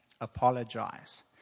apologize